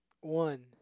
One